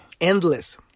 endless